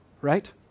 right